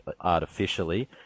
artificially